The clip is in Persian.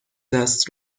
دست